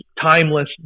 timeless